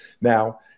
Now